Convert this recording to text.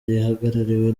gihagarariwe